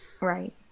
Right